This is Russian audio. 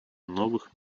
новых